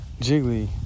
Jiggly